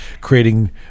creating